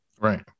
Right